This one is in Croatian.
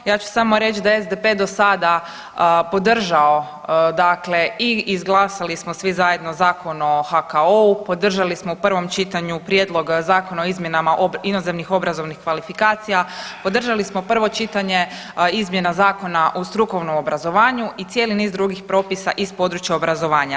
Ja ću samo reć da je SDP do sada podržao dakle i izglasali smo svi zajedno Zakon o HKO-u, podržali smo u prvom čitanju prijedlog Zakona o izmjenama inozemnih obrazovnih kvalifikacija, podržali smo prvo čitanje izmjena Zakona o strukovnom obrazovanju i cijeli niz drugih propisa iz područja obrazovanja.